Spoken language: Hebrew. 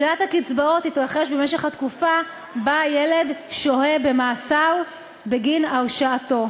שלילת הקצבאות תתרחש במשך התקופה שבה הילד שוהה במאסר בגין הרשעתו.